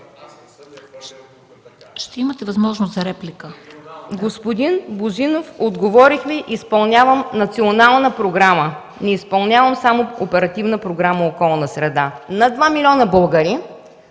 Ще имате възможност за реплика.